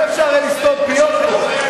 אי-אפשר יהיה לסתום פיות פה.